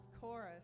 chorus